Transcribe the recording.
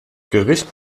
gericht